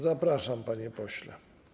Zapraszam, panie pośle.